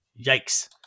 yikes